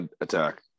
Attack